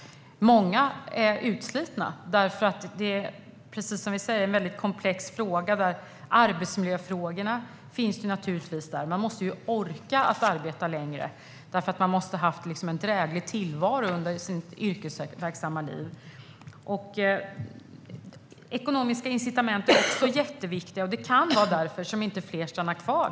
Många är utslitna, och precis som vi sa är det en väldigt komplex fråga. Arbetsmiljöfrågorna finns naturligtvis där. Man måste orka arbeta längre, och man måste ha haft en dräglig tillvaro under sitt yrkesverksamma liv. Ekonomiska incitament är jätteviktiga, och det kan vara därför fler inte stannar kvar.